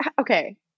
Okay